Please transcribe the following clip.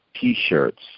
T-shirts